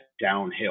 downhill